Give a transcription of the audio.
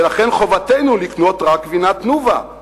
ולכן חובתנו לקנות רק גבינת "תנובה";